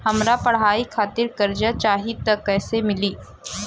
हमरा पढ़ाई खातिर कर्जा चाही त कैसे मिली?